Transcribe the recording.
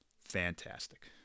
fantastic